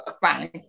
Fine